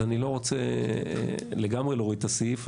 אני לא רוצה לגמרי להוריד את הסעיף,